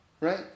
right